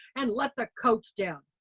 and let the coach down.